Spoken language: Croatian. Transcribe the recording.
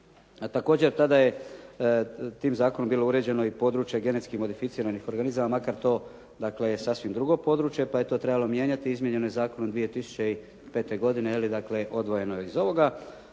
A također tada je tim zakonom bilo uređeno i područje genetski modificiranih organizama makar to dakle je sasvim drugo područje pa je to trebalo mijenjati. Izmijenjeno je zakonom 2005. godine je li dakle odvojeno je iz ovoga.